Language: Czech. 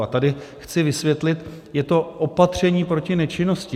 A tady chci vysvětlit, je to opatření proti nečinnosti.